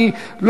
כי,